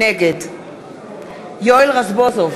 נגד יואל רזבוזוב,